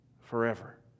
forever